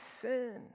sin